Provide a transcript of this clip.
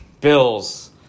Bills